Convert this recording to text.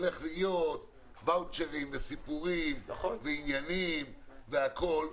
הולך להיות ואוצ'רים וסיפורים ועניינים והכול.